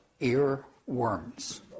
earworms